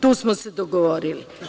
Tu smo se dogovorili.